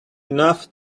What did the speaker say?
enough